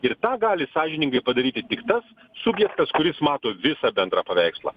ir tą gali sąžiningai padaryti tik tas subjektas kuris mato visą bendrą paveikslą